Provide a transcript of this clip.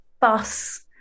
bus